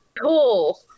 Cool